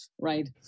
right